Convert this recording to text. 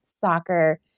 soccer